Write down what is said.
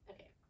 Okay